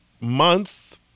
month